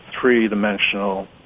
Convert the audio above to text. three-dimensional